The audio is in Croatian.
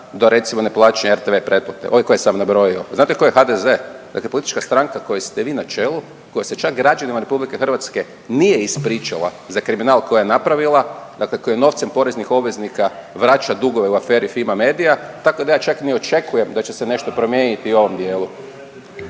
do recimo ne plaćanja RTV pretplate, ove koje sam nabrojio. Znate tko je HDZ? Dakle, politička stranka kojoj ste vi na čelu, koja se čak građanima RH nije ispričala za kriminal koji je napravila, dakle koja novcem poreznih obveznik vraća dugove u aferi Fimi-medija, tako da ja čak ni ne očekujem da će se nešto promijeniti u ovom dijelu.